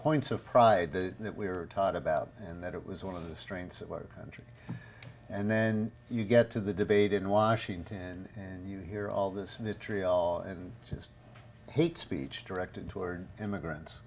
points of pride that that we were taught about and that it was one of the strengths of work and then you get to the debate in washington and you hear all this vitriol and just hate speech directed toward immigrants